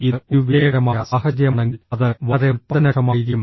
ഇത് ഒരു വിജയകരമായ സാഹചര്യമാണെങ്കിൽ അത് വളരെ ഉൽപ്പാദനക്ഷമമായിരിക്കും